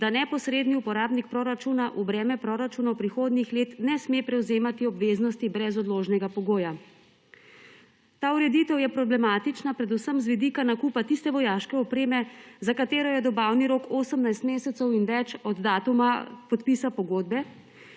da neposredni uporabnik proračuna v breme proračunov prihodnjih let ne sme prevzemati obveznosti brez odložnega pogoja. Ta ureditev je problematična predvsem z vidika nakupa tiste vojaške opreme, za katero je dobavni rok 18 mesecev in več od datuma podpisa pogodbe,